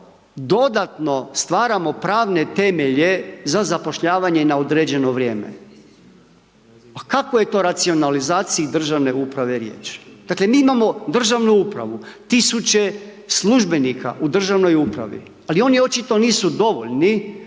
dodatno stvaramo pravne temelje za zapošljavanje na određeno vrijeme. Pa o kakvoj je to racionalizaciji državne uprave riječ? Dakle, mi imamo državnu upravu, tisuće službenika u državnoj upravi, ali oni očito nisu dovoljni